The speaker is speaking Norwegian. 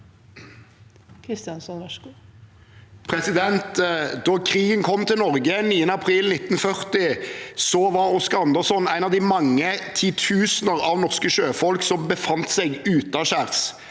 Kristjánsson (R) Da krigen kom til Norge 9. april 1940, var Oscar Anderson en av de mange titusener av norske sjøfolk som befant seg utaskjærs.